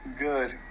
good